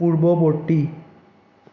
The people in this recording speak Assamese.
পূৰ্বৱৰ্তী